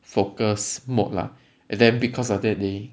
focus mode lah and then because of that they